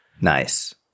Nice